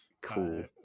Cool